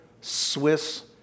Swiss